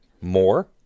more